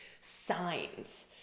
signs